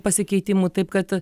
pasikeitimų taip kad